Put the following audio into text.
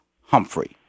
Humphrey